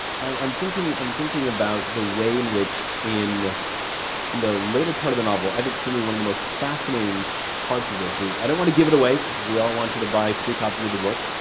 i'm thinking i'm thinking about the way in which in in the later part of the novel, i think for me one of the most fascinating parts of this, is. i don't wanna give it away, cause we all want you to buy three copies of the book.